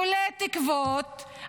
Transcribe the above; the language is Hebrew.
תולה תקוות,